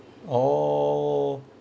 oh